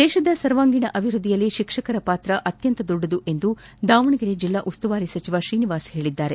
ದೇಶದ ಸರ್ವಾಂಗೀಣ ಅಭಿವೃದ್ದಿಯಲ್ಲಿ ಶಿಕ್ಷಕರ ಪಾತ್ರ ಅತ್ಯಂತ ದೊಡ್ಡದು ಎಂದು ದಾವಣಗೆರೆ ಜಿಲ್ಲಾ ಉಸ್ತುವಾರಿ ಸಚಿವ ಶ್ರೀನಿವಾಸ್ ಹೇಳಿದ್ದಾರೆ